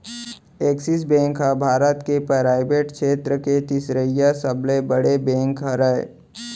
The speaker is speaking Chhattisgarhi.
एक्सिस बेंक ह भारत के पराइवेट छेत्र के तिसरइसा सबले बड़े बेंक हरय